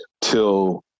till